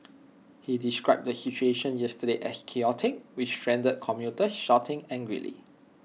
he described the situation yesterday as chaotic with stranded commuters shouting angrily